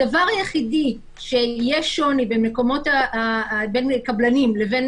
הדבר היחידי שיהיה שוני בין קבלנים לבין